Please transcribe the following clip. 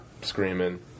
screaming